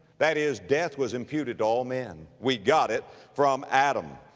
that is, death was imputed to all men. we got it from adam.